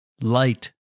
light